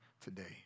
today